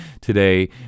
today